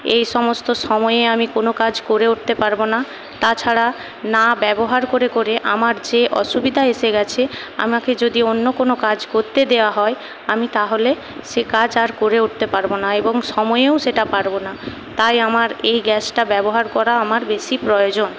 এই সমস্ত সময়ে আমি কোনো কাজ করে উঠতে পারব না তাছাড়া না ব্যবহার করে করে আমার যে অসুবিধা এসে গেছে আমাকে যদি অন্য কোনও কাজ করতে দেওয়া হয় আমি তাহলে সে কাজ আর করে উঠতে পারব না এবং সময়েও সেটা পারব না তাই আমার এই গ্যাসটা ব্যবহার করা আমার বেশি প্রয়োজন